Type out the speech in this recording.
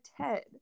Ted